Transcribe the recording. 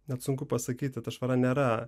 net sunku pasakyti ta švara nėra